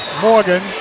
Morgan